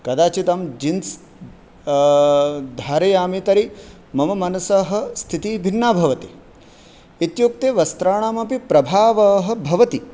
कदाचित् अहं जीन्स् धारयामि तर्हि मम मनसः स्थितिः भिन्ना भवति इत्युक्ते वस्त्राणामपि प्रभावः भवति